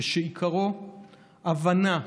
שעיקרו הבנה,